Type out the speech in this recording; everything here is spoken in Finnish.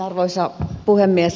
arvoisa puhemies